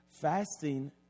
Fasting